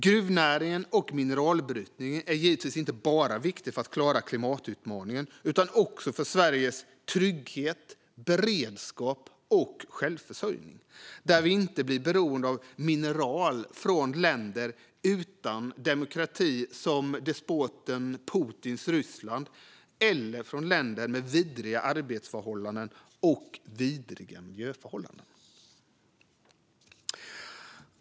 Gruvnäringen och mineralbrytningen är givetvis inte bara viktiga för att klara klimatutmaningen utan också för Sveriges trygghet, beredskap och självförsörjning. Vi blir då inte beroende av mineral från länder utan demokrati, som despoten Putins Ryssland, eller från länder med vidriga arbets och miljöförhållanden.